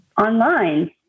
online